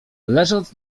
leżąc